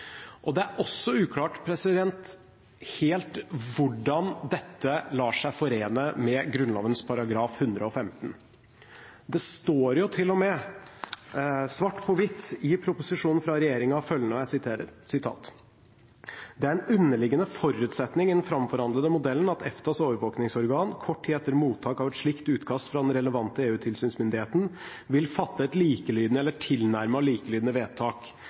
Norge. Det er også uklart hvordan dette helt lar seg forene med Grunnloven § 115. Det står til og med svart på hvitt i proposisjonen fra regjeringen følgende: «Det er en underliggende forutsetning i den fremforhandlete modellen at EFTAs overvåkingsorgan, kort tid etter mottak av et slikt utkast fra den relevante EU-tilsynsmyndigheten, vil fatte et likelydende eller tilnærmet likelydende vedtak.»